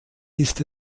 ist